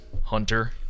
hunter